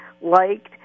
liked